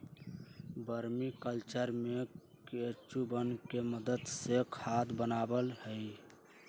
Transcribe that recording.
vermi culture में केंचुवन के मदद से खाद बनावा हई